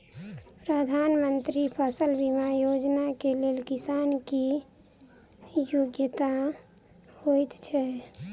प्रधानमंत्री फसल बीमा योजना केँ लेल किसान केँ की योग्यता होइत छै?